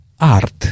Art